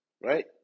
Right